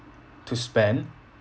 to spend